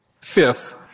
Fifth